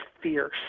fierce